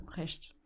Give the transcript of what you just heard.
resto